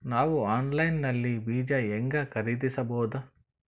ನಾವು ಆನ್ಲೈನ್ ನಲ್ಲಿ ಬೀಜ ಹೆಂಗ ಖರೀದಿಸಬೋದ?